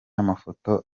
y’amafoto